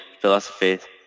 philosophies